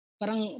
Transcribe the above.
parang